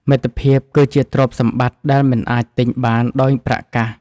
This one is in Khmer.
មិត្តភាពគឺជាទ្រព្យសម្បត្តិដែលមិនអាចទិញបានដោយប្រាក់កាស។